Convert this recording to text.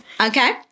Okay